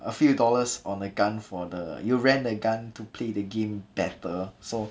a few dollars on the gun for the you rent the gun to play the game better so